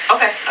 Okay